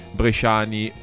bresciani